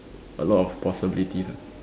a lot of possibilities ah